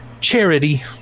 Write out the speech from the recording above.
Charity